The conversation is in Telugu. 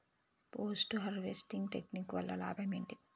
పోస్ట్ హార్వెస్టింగ్ టెక్నిక్ వల్ల లాభం ఏంటి?